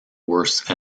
worse